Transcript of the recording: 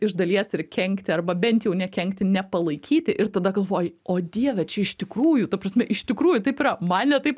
iš dalies ir kenkti arba bent jau nekenkti nepalaikyti ir tada galvoji o dieve čia iš tikrųjų ta prasme iš tikrųjų taip yra man ne taip